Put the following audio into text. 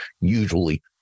usually